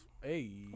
Hey